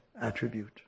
attribute